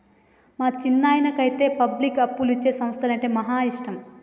మా చిన్నాయనకైతే పబ్లిక్కు అప్పులిచ్చే సంస్థలంటే మహా ఇష్టం